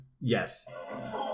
yes